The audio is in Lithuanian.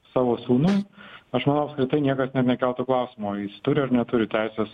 savo sūnui aš manau tai niekas net nekeltų klausimo jis turi ar neturi teisės